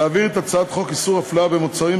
להעביר את הצעת חוק איסור הפליה במוצרים,